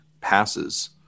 passes